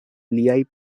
liaj